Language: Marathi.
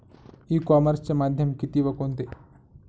ई कॉमर्सचे माध्यम किती व कोणते?